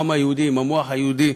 העם היהודי עם המוח היהודי,